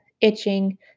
itching